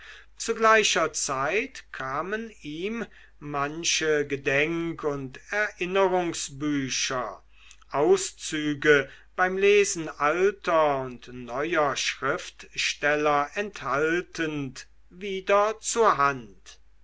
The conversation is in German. zu gleicher zeit kamen ihm manche gedenk und erinnerungsbücher auszüge beim lesen alter und neuer schriftsteller enthaltend wieder zur hand